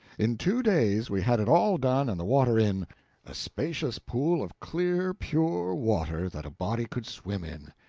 in two days we had it all done and the water in a spacious pool of clear pure water that a body could swim in.